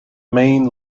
main